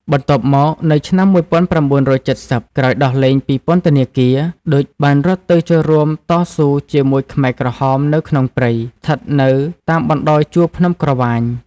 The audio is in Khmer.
បន្ទាប់មកនៅឆ្នាំ១៩៧០ ក្រោយដោះលែងពីពន្ធនាគារ ឌុច បានរត់ទៅចូលរួមតស៊ូជាមួយខ្មែរក្រហម នៅក្នុងព្រៃ ស្ថិតនៅតាមបណ្តោយជួរភ្នំក្រវ៉ាញ។